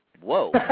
whoa